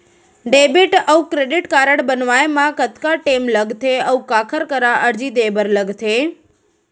Debit अऊ credit card बनवाए मा कतका टेम लगथे, अऊ काखर करा अर्जी दे बर लगथे?